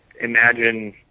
imagine